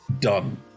done